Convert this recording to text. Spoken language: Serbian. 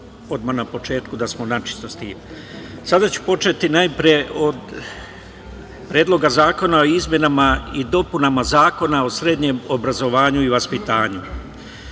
Odmah na početku da smo načisto sa tim. Sada ću početi najpre od predloga zakona o izmenama i dopunama Zakona o srednjem obrazovanju i vaspitanju. Poštovani